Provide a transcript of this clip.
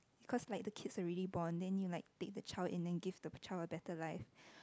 cause like the kids already born you like take the child and then give the child a better life